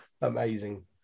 Amazing